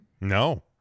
No